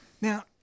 Now